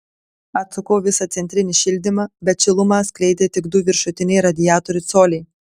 atsukau visą centrinį šildymą bet šilumą skleidė tik du viršutiniai radiatorių coliai